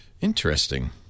Interesting